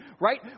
right